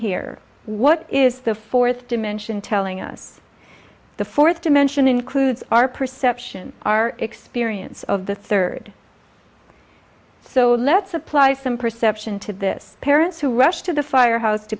here what is the fourth dimension telling us the fourth dimension includes our perception our experience of the third so let's apply some perception to this parents who rushed to the firehouse to